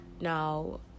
Now